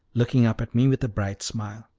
looking up at me with a bright smile.